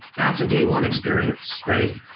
that's a day one experience, right?